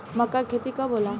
मक्का के खेती कब होला?